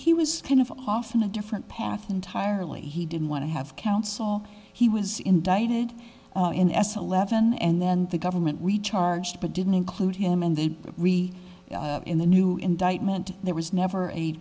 he was kind of off in a different path entirely he didn't want to have counsel he was indicted in s l eleven and then the government we charged but didn't include him and they re in the new indictment there was never a